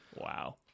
Wow